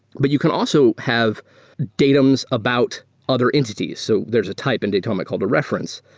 but you can also have datums about other entities. so there's a type in datomic called a reference,